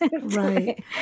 Right